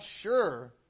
sure